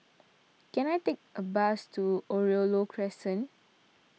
can I take a bus to Oriole Load Crescent